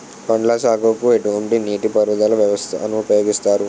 పండ్ల సాగుకు ఎటువంటి నీటి పారుదల వ్యవస్థను ఉపయోగిస్తారు?